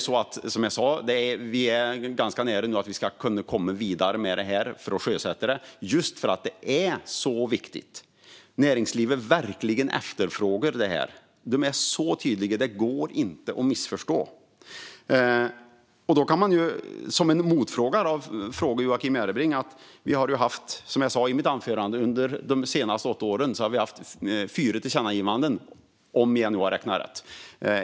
Som jag sa är vi ganska nära nu att komma vidare och sjösätta det hela, för det är viktigt och något som näringslivet verkligen efterfrågar. De är så tydliga att det inte går att missförstå. Jag har en motfråga till Joakim Järrebring. Som jag sa i mitt anförande har vi, om jag har räknat rätt, haft fyra tillkännagivanden under de senaste åtta åren.